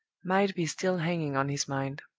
might be still hanging on his mind.